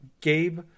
gabe